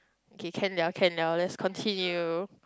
okay can liao can liao let's continue